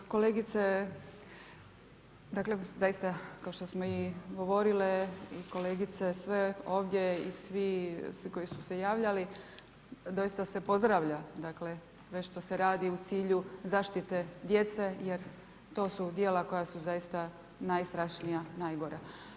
Kolegice, dakle zaista kao što smo i govorile i kolegice sve ovdje i svi koji su se javljali, doista se pozdravlja sve što se radi u cilju zaštite djece jer to su djela koja su zaista najstrašnija, najgora.